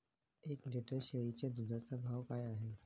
एक लिटर शेळीच्या दुधाचा भाव काय आहे?